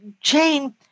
Jane